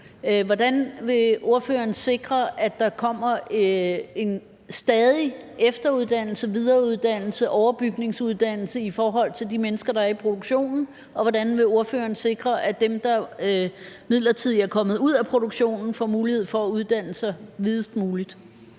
Hvordan vil ordføreren sikre, at der kommer en stadig efteruddannelse, videreuddannelse, overbygningsuddannelse i forhold til de mennesker, der er i produktionen, og hvordan vil ordføreren sikre, at dem, der midlertidigt er kommet ud af produktionen, får mulighed for at uddanne sig videst muligt?